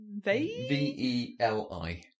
V-E-L-I